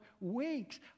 weeks